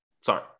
sorry